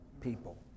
people